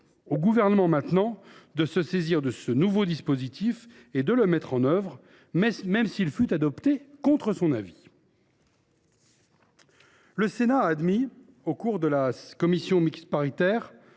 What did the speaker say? Au Gouvernement maintenant de se saisir de ce nouveau dispositif et de le mettre en œuvre, même s’il a été adopté contre son avis. Au cours de la réunion de la commission mixte paritaire,